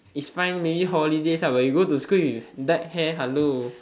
it's fine maybe holidays ah but you go to school with dyed hair hello